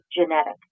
genetic